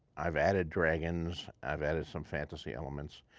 i have added dragons. i have added some fantasy elements,